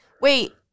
Wait